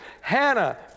Hannah